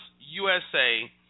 USA